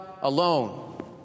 alone